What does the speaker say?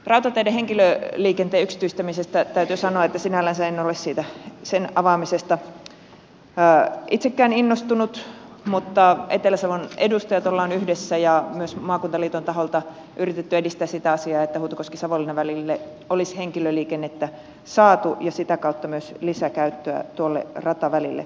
rautateiden henkilöliikenteen yksityistämisestä täytyy sanoa että sinällänsä en ole sen avaamisesta itsekään innostunut mutta etelä savon edustajat olemme yhdessä ja myös maakuntaliiton taholta yrittäneet edistää sitä asiaa että huutokoskisavonlinna välille olisi henkilöliikennettä saatu ja sitä kautta myös lisäkäyttöä tuolle ratavälille